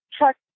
check